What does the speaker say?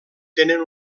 tenen